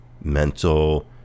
mental